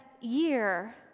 year